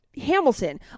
Hamilton